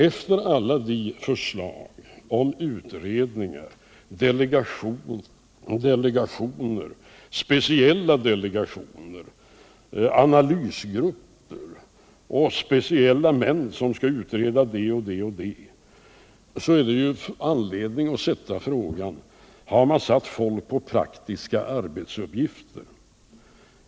Efter alla de förslag om utredningar, delegationer, speciella delegationer, analysgrupper och utredningsmän för olika spörsmål som framlagts har man anledning att ställa frågan om folk har satts på praktiska arbetsuppgifter.